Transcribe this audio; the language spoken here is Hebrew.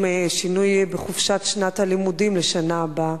השינוי בחופשת שנת הלימודים לשנה הבאה.